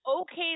okay